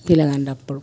పిల్లగాండప్పుడు